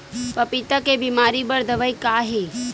पपीता के बीमारी बर दवाई का हे?